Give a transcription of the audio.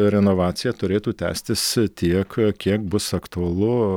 renovacija turėtų tęstis tiek kiek bus aktualu